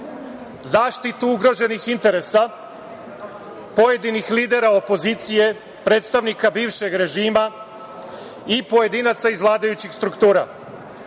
zaštitu ugroženih interesa pojedinih lidera opozicije, predstavnika bivšeg režima i pojedinaca iz vladajućih struktura. Prvi